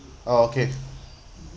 oh okay